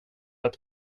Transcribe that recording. att